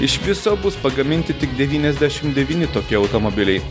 iš viso bus pagaminti tik devyniasdešim devyni tokie automobiliai